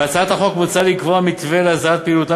בהצעת החוק מוצע לקבוע מתווה לאסדרת פעילותם